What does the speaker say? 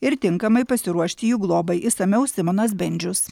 ir tinkamai pasiruošti jų globai išsamiau simonas bendžius